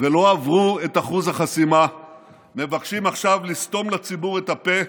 ולא עברו את אחוז החסימה מבקשים עכשיו לסתום לציבור את הפה,